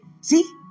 see